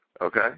okay